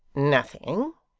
nothing,